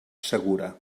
segura